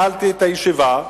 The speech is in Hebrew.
ניהלתי את הישיבה,